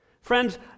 Friends